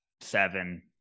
seven –